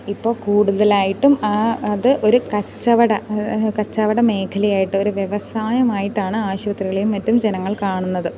ഇപ്പോൾ കൂടുതലായിട്ടും അത് ഒരു കച്ചവട കച്ചവട മേഖലയായിട്ട് ഒരു വ്യവസായമായിട്ടാണ് ആശുപത്രികളെയും മറ്റും ജനങ്ങൾ കാണുന്നത്